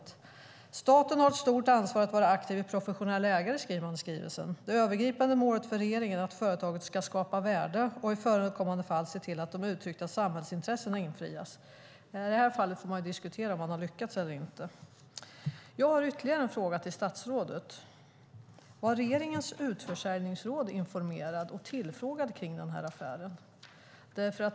Man skriver där: "Staten har ett stort ansvar att vara en aktiv och professionell ägare. Det övergripande målet för regeringen är att företaget ska skapa värde och i förekommande fall se till att de särskilt beslutade samhällsintressena utförs." I detta fall kan det diskuteras om man har lyckats eller inte. Jag har ytterligare en fråga till statsrådet: Var regeringens utförsäljningsråd informerat och tillfrågat kring denna affär?